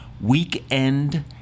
Weekend